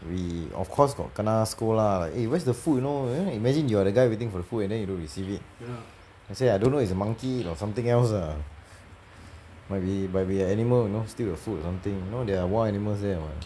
we of course got kena scold lah like eh where is the food you know then imagine you are the guy waiting for the food and then you don't receive it I say I don't know is monkey eat or something else ah but we but we animal you know steal the food or something you know there are wild animals there [what]